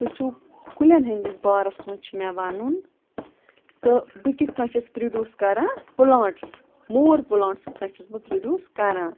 تُہۍ چھُو کُلٮ۪ن ہِنٛدِس بارَس منٛز چھِ مےٚ وَنُن تہٕ بہٕ کِتھ کٔنۍ چھَس پِرٛڈیوٗس کَران پٕلانٛٹٕس مور پٕلانٛٹس کِتھ کٔنۍ چھَس بہٕ پِرٛڈیوٗس کَران